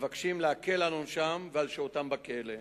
מבקשים להקל על עונשם ועל שהותם בכלא.